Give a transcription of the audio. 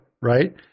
right